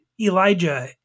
Elijah